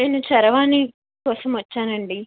నేను చరవాణి కోసం వచ్చాను అండి